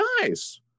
Nice